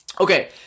Okay